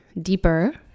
deeper